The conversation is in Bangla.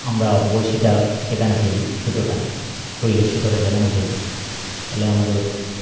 আমরা বঁড়শিটা সেখানে ফেলি সুতোটা হুইলের সুতোটা সেখানে ফেলি এলে আমাদের